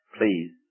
Please